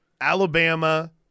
Alabama